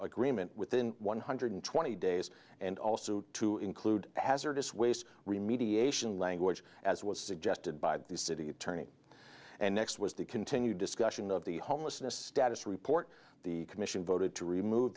agreement within one hundred twenty days and also to include hazardous waste remediation language as was suggested by the city attorney and next was the continued discussion of the homelessness status report the commission voted to remove